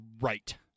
right